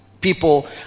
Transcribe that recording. people